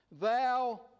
thou